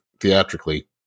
theatrically